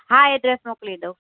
હા એડ્રેસ મોકલી દઉં